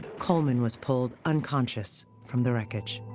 coleman was pulled unconscious from the wreckage.